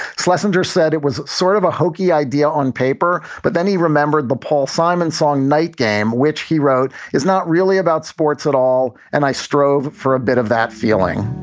schlesinger said it was sort of a hokey idea on paper, but then he remembered the paul simon song night game, which he wrote is not really about sports at all. and i strove for a bit of that feeling